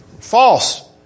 false